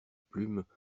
plumes